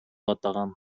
атаган